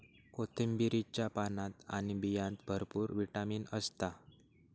कोथिंबीरीच्या पानात आणि बियांत भरपूर विटामीन असता